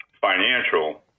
financial